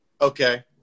Okay